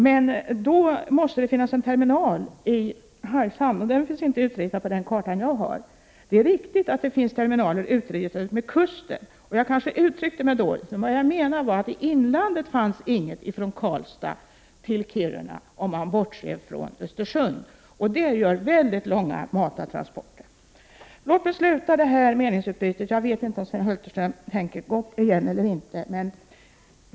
Men då måste det finnas en terminal i Hargshamn, och den finns inte utritad på den karta som jag har. Det är viktigt att det finns terminaler utefter kusterna. Jag kanske uttryckte mig dåligt. Men vad jag menade var att det i inlandet inte finns någon terminal från Karlstad till Kiruna, om man bortser från Östersund. Det leder till mycket långa matartransporter. Jag vet inte om Sven Hulterström gör något ytterligare inlägg i denna debatt.